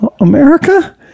America